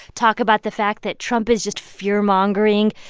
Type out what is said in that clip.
talk about the fact that trump is just fearmongering.